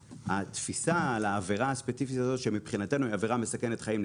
התפיסה על העבירה הספציפית הזאת שמבחינתו היא עבירה מסכנת חיים,